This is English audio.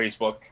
Facebook